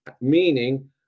meaning